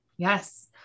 yes